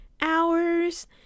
hours